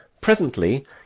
presently